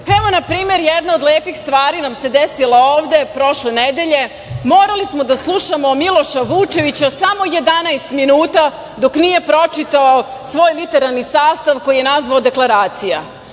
na primer jedna od lepih stvari nam se desila ovde prošle nedelje. Morali smo da slušamo Miloša Vučevića samo 11 minuta dok nije pročitao svoj literalni sastav koji je nazvao – Deklaracija. Na